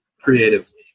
creatively